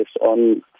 on